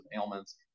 ailments